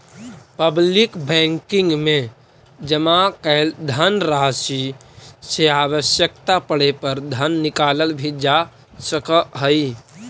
public banking में जमा कैल धनराशि से आवश्यकता पड़े पर धन निकालल भी जा सकऽ हइ